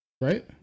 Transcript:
Right